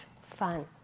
fun